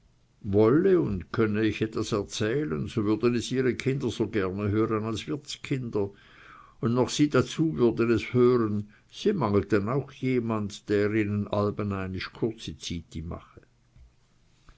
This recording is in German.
wolle und könne ich etwas erzählen so würden es ihre kinder so gerne hören als wirtskinder und noch sie dazu würden es hören sie mangelten auch jemand der ihnen allbeinisch kurzi zyti mache